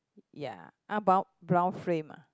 ya ah brown brown frame ah